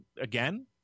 again